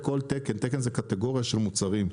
תקן זה קטגוריה של מוצרים.